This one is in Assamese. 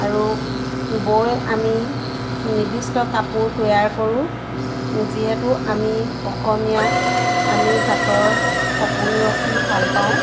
আৰু বৈ আমি নিৰ্দিষ্ট কাপোৰ তৈয়াৰ কৰোঁ যিহেতু আমি অসমীয়া আমি তাঁতৰ সপোন ৰচি ভাল পাওঁ